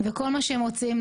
אבל זה מה שאנחנו עושים.